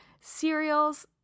cereals